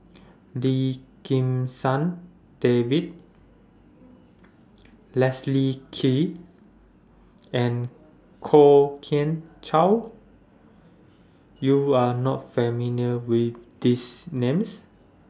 Lim Kim San David Leslie Kee and Kwok Kian Chow YOU Are not familiar with These Names